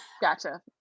Gotcha